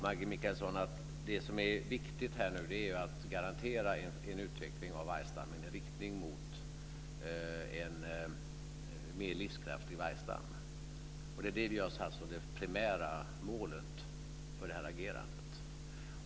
Maggi Mikaelsson, det som nu är viktigt är att garantera en utveckling av vargstammen i riktning mot en mer livskraftig vargstam. Det är det som vi har satt som det primära målet för detta agerande.